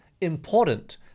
important